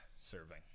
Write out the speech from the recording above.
serving